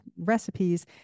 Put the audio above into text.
recipes